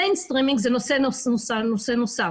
מיינסטרימינג זה נושא נוסף.